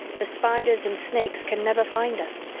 the spiders and snakes can never find us,